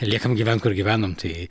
liekam gyvent kur gyvenom tai